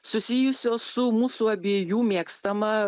susijusio su mūsų abiejų mėgstama